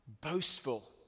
boastful